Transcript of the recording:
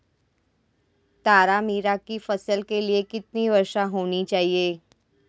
तारामीरा की फसल के लिए कितनी वर्षा होनी चाहिए?